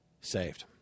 saved